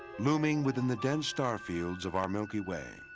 looming within the dense star fields of our milky way,